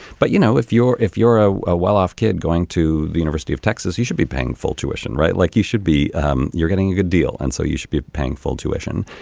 but you know if you're if you're ah a well-off kid going to the university of texas you should be paying full tuition right like you should be um you're getting a good deal. and so you should be paying full tuition.